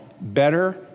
better